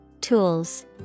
Tools